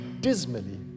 dismally